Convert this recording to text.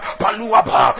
paluapa